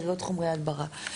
לעניין שאריות חומרי ההדברה.